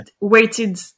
waited